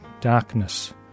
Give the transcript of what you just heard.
Darkness